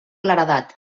claredat